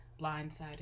blindsided